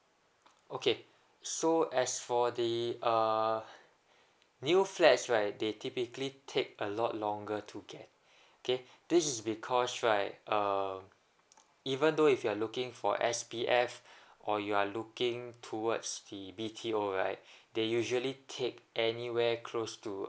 okay so as for the uh new flats right they typically take a lot longer to get okay this is because right um even though if you're looking for S_B_F or you are looking towards the B_T_O right they usually take anywhere close to